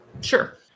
Sure